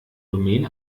domain